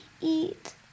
Eat